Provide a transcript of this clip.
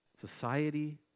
society